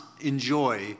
enjoy